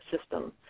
system